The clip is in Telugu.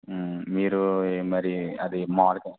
మీరు మరి అది మా